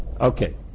Okay